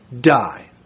die